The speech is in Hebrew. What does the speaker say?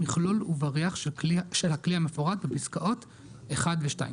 מכלול ובריח של הכלי המפורט בפסקאות (1) ו-(2)